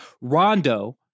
Rondo